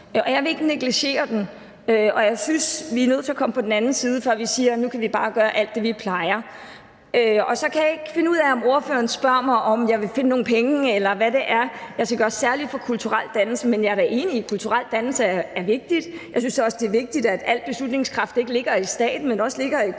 Jeg vil ikke negligere den, og jeg synes, vi er nødt til at komme på den anden side, før vi siger, at nu kan vi bare gør alt det, vi plejer. Så kan jeg ikke finde ud af, om ordføreren spørger mig om, om jeg vil finde nogle penge, eller spørger, hvad det er, der skal gøres særlig for kulturel dannelse, men jeg er da enig i, at kulturel dannelse er vigtig. Jeg synes også, det er vigtigt, at al beslutningskraft ikke ligger i staten, men også ligger i kommunerne